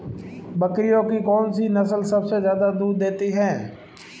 बकरियों की कौन सी नस्ल सबसे ज्यादा दूध देती है?